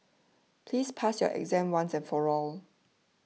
please pass your exam once and for all